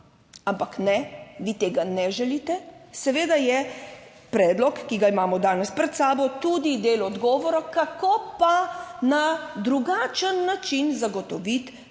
ampak ne, vi tega ne želite. Seveda je predlog, ki ga imamo danes pred sabo, tudi del odgovora, kako pa na drugačen način zagotoviti